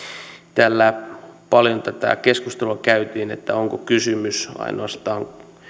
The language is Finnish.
täällä paljon keskustelua käytiin siitä onko kysymys ainoastaan